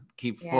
Keep